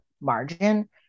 margin